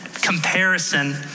comparison